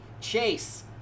Chase